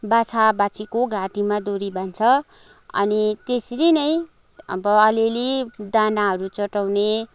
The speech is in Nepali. बाछा बाछीको घाँटीमा दोरी बान्छ अनि त्यसरी नै अब अलिअलि दानाहरू चटाउने